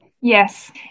Yes